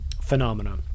phenomena